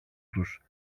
τους